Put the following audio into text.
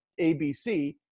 ABC